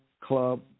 club